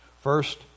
First